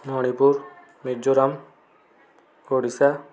Manipur Mizoram Odisha